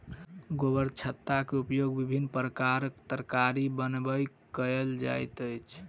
गोबरछत्ता के उपयोग विभिन्न प्रकारक तरकारी बनबय कयल जाइत अछि